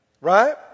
Right